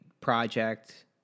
project